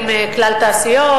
עם "כלל תעשיות",